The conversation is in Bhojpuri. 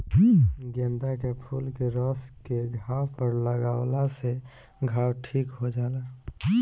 गेंदा के फूल के रस के घाव पर लागावला से घाव ठीक हो जाला